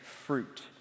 fruit